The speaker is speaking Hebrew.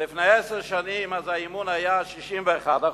לפני עשר שנים האמון היה 61%,